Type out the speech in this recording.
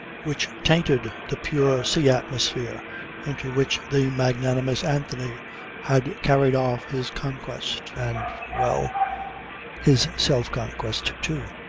which tainted the pure sea-atmosphere into which the magnanimous anthony had carried off his conquest and well his self-conquest too,